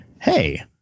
hey